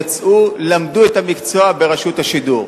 יצאו ולמדו את המקצוע ברשות השידור.